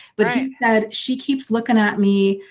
but said she keeps looking at me,